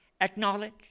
acknowledge